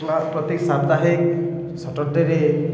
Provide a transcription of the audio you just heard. ପ୍ରତ୍ୟେକ ସାପ୍ତାହିକ ସଟର୍ ଡେ'ରେ